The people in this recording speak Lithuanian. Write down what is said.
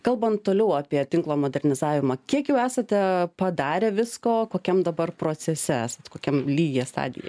kalbant toliau apie tinklo modernizavimą kiek jau esate padarę visko kokiam dabar procese esat kokiam lygyje stadijoj